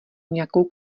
nějakou